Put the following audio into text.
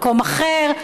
במקום אחר,